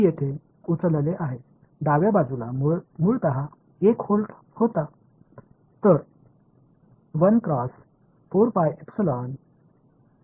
எனவே இடது புறம் முதலில் 1 வோல்ட் ஆக இருந்தது